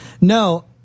No